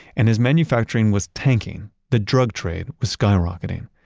and as manufacturing was tanking, the drug trade was skyrocketing.